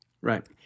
right